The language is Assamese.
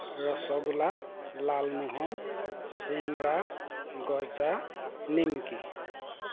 ৰসগোল্লা লালমোহন চিংৰা গজা নিমকি